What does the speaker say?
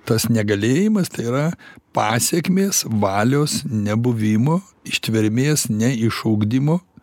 tas negalėjimas tai yra pasekmės valios nebuvimo ištvermės neišugdymo